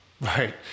Right